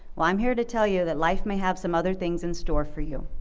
well i'm here to tell you that life may have some other things in store for you.